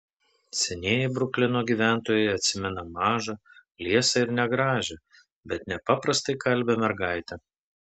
senieji bruklino gyventojai atsimena mažą liesą ir negražią bet nepaprastai kalbią mergaitę